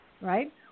right